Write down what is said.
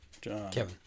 Kevin